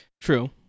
True